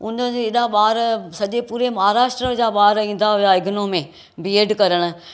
हुन जा एॾा ॿार सॼे पुरे महाराष्ट्र जा ॿार ईंदा हुआ इगनू में बीएड करणु